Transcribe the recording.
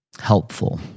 Helpful